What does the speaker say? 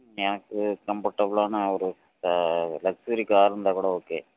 ம் எனக்கு கம்ஃபர்டபுளான ஒரு லக்சரி கார் இருந்தால் கூட ஓகே